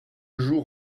jour